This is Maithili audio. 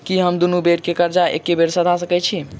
की हम दुनू बेर केँ कर्जा एके बेर सधा सकैत छी?